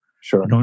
Sure